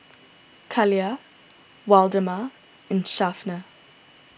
Kaila Waldemar and Shafter